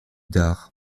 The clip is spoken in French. d’art